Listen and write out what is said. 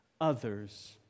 others